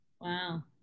wow